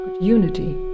unity